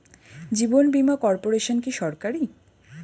জীবন বীমা কর্পোরেশন কি সরকারি?